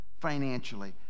financially